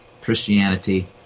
Christianity